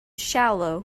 shallow